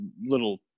little